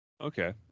Okay